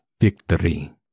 victory